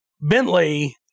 Bentley